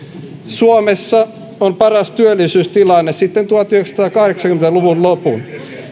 suomessa on paras työllisyystilanne sitten tuhatyhdeksänsataakahdeksankymmentä luvun lopun